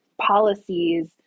policies